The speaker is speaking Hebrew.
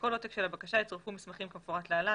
לכל עותק של הבקשה יצורפו מסמכים כמפורט להלן,